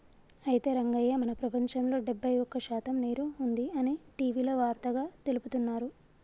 అయితే రంగయ్య మన ప్రపంచంలో డెబ్బై ఒక్క శాతం నీరు ఉంది అని టీవీలో వార్తగా తెలుపుతున్నారు